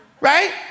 Right